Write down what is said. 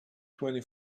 twenty